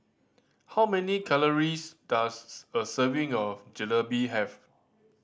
how many calories does a serving of Jalebi have